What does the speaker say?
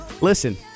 Listen